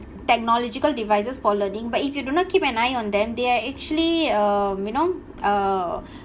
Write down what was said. technological devices for learning but if you do not keep an eye on them they are actually uh you know uh